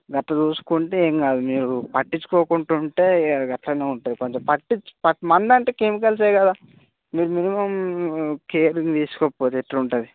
గట్ల చూసుకుంటే ఏం కాదు మీరు పట్టించుకోకుంటే ఇక గట్లనే ఉంటుంది కొంచెం పట్టించు మందు అంటే కెమికల్సే కదా మీరు మినిమం కేరింగ్ తీసుకోకపోతే ఎట్లా ఉంటుంది